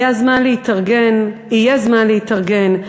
יהיה זמן להתארגן,